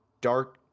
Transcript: Dark –